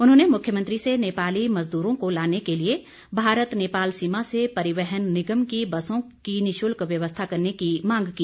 उन्होंने मुख्यमंत्री से नेपाली मजदूरो को लाने के लिए भारत नेपाल सीमा से परिवहन निगम की बसों की निशुल्क व्यवस्था करने की मांग की